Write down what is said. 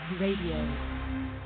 Radio